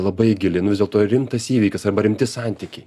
labai gili nu vis dėlto rimtas įvykis arba rimti santykiai